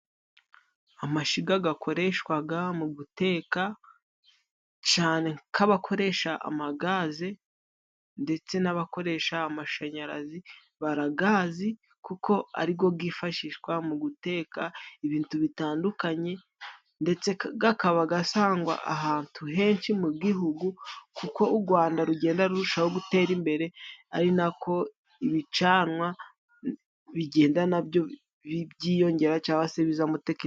Amashiga gakoreshwaga mu guteka, cane ko abakoresha amagaze ndetse n'abakoresha amashanyarazi, baragazi kuko arigo gifashishwa mu guteka ibitu bitandukanye, ndetse gakaba gasangwa ahatu henshi mu Gihugu. kuko u Rwanda rugenda rurushaho gutera imbere ari nako ibicanwa bigenda nabyo byiyongera cyangwa se bizamo tekino.